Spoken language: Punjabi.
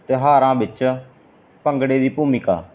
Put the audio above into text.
ਤਿਉਹਾਰਾਂ ਵਿੱਚ ਭੰਗੜੇ ਦੀ ਭੂਮਿਕਾ